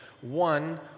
one